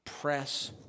Press